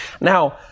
Now